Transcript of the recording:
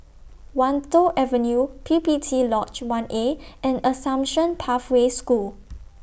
Wan Tho Avenue P P T Lodge one A and Assumption Pathway School